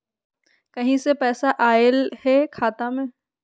कहीं से पैसा आएल हैं खाता में?